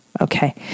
Okay